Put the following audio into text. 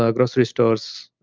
ah grocery stores,